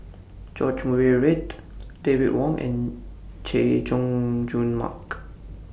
George Murray Reith David Wong and Chay Jung Jun Mark